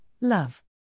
love